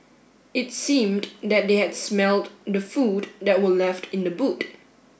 it seemed that they had smelt the food that were left in the boot